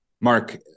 Mark